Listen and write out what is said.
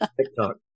TikTok